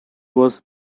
was